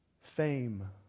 fame